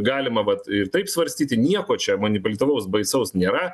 galima vat ir taip svarstyti nieko čia manipuliatyvaus baisaus nėra